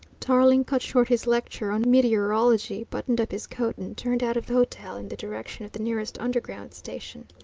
tarling cut short his lecture on meteorology, buttoned up his coat, and turned out of the hotel in the direction of the nearest underground station.